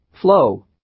flow